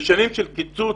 בשנים של קיצוץ,